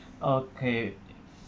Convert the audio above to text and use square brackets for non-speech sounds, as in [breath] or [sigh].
okay [breath]